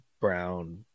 Brown